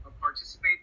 participate